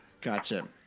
Gotcha